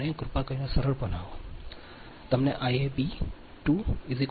અને કૃપા કરીને સરળ બનાવો તમને Iab2 8